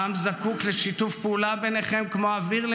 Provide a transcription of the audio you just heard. העם זקוק לשיתוף פעולה ביניכם כמו אוויר לנשימה,